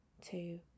two